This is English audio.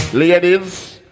Ladies